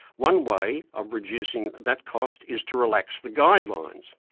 one way of reducing that cost is to relax the guidelines.